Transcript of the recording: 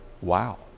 wow